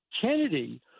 Kennedy